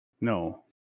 No